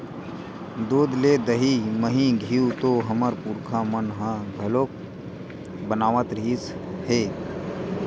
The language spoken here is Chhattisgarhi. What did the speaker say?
दूद ले दही, मही, घींव तो हमर पुरखा मन ह घलोक बनावत रिहिस हे